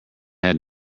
had